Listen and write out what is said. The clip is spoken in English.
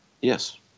Yes